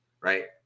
Right